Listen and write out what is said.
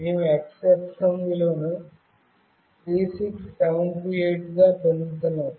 మేము x అక్షం విలువను 36728 గా పొందుతున్నాము